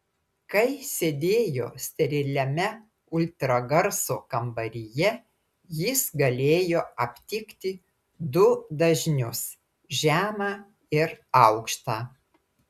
kai sėdėjo steriliame ultragarso kambaryje jis galėjo aptikti du dažnius žemą ir aukštą